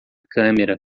câmera